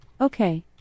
Okay